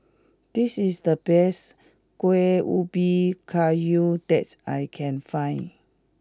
this is the best Kuih Ubi Kayu that I can find